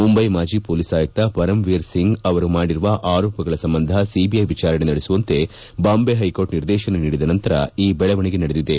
ಮುಂಬೈ ಮಾಜಿ ಪೊಲೀಸ್ ಆಯುಕ್ತ ಪರಮ್ ವೀರ್ ಸಿಂಗ್ ಅವರು ಮಾಡಿರುವ ಆರೋಪಗಳ ಸಂಬಂಧ ಸಿಬಿಐ ವಿಚಾರಣೆ ನಡೆಸುವಂತೆ ಬಾಂಬೆ ಹೈಕೋರ್ಟ್ ನಿರ್ದೇಶನ ನೀಡಿದ ನಂತರ ಈ ದೆಳವಣಿಗೆ ನಡೆದಿದೆ